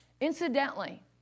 Incidentally